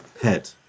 head